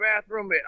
bathroom